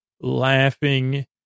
laughing